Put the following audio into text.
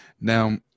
Now